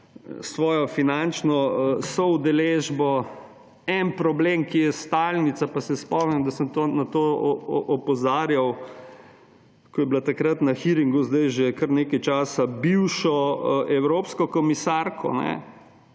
svojo finančno soudeležbo. En problem, ki je stalnica. Pa se spomnim, da sem na to opozarjal, ko je bila takrat na hearingu – zdaj že kar nekaj časa bivšo evropsko komisarko